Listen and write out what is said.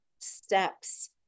steps